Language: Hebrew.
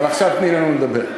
אבל עכשיו תני לנו לדבר.